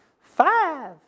five